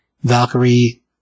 Valkyrie